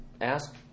ask